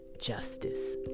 justice